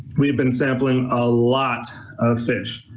we have been sampling a lot of fish.